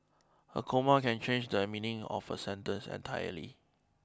a comma can change the meaning of a sentence entirely